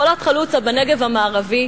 חולות חלוצה בנגב המערבי,